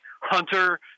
Hunter